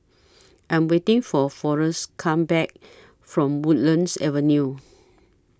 I Am waiting For Forest Come Back from Woodlands Avenue